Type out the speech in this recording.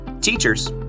Teachers